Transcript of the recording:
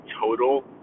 total